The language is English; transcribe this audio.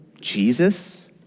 Jesus